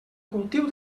cultiu